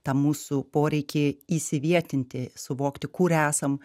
tą mūsų poreikį įsivietinti suvokti kur esam